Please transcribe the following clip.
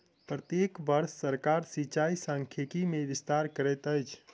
प्रत्येक वर्ष सरकार सिचाई सांख्यिकी मे विस्तार करैत अछि